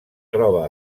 troba